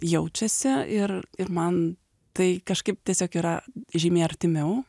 jaučiasi ir ir man tai kažkaip tiesiog yra žymiai artimiau